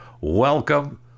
Welcome